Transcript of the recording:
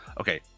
okay